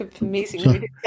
Amazing